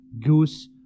goose